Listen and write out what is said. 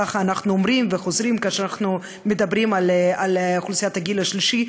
ככה אנחנו אומרים וחוזרים כאשר אנחנו מדברים על אוכלוסיית הגיל השלישי,